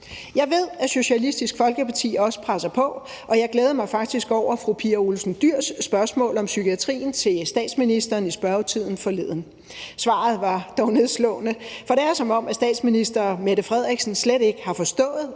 Jeg ved, at Socialistisk Folkeparti også presser på, og jeg glædede mig faktisk over fru Pia Olsen Dyhrs spørgsmål om psykiatrien til statsministeren i spørgetiden forleden. Svaret var dog nedslående, for det er, som om statsministeren slet ikke har forstået,